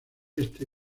este